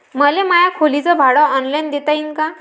मले माया खोलीच भाड ऑनलाईन देता येईन का?